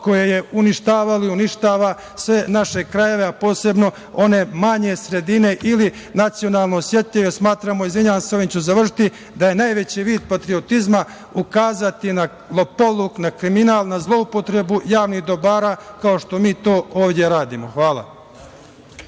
koje je uništavalo i uništava sve naše krajeve, a posebno one manje sredine ili nacionalno osetljive. Izvinjavam se, ovim ću i završiti, smatramo da je najveći vid patriotizma ukazati na lopovluk, na kriminal, na zloupotrebu javnih dobara, kao što mi to ovde radimo. Hvala.